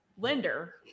lender